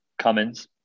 Cummins